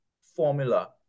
formula